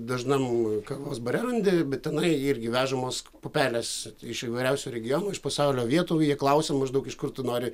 dažnam kavos bare randi bet tenai irgi vežamos pupelės iš įvairiausių regionų iš pasaulio vietų jie klausia maždaug iš kur tu nori